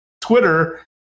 Twitter